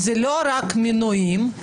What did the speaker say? אלה לא רק מינויים,